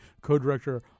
co-director